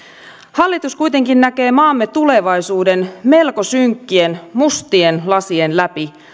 hallitus kuitenkin näkee maamme tulevaisuuden melko synkkien mustien lasien läpi